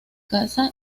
casa